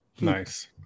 Nice